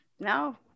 no